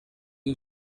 you